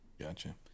gotcha